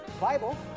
Bible